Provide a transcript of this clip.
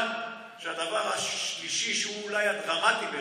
הדבר השלישי, שהוא אולי הדרמטי ביותר,